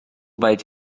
weit